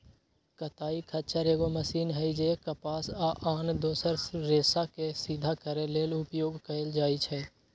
कताइ खच्चर एगो मशीन हइ जे कपास आ आन दोसर रेशाके सिधा करे लेल उपयोग कएल जाइछइ